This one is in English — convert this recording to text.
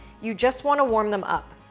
you just wanna warm them up.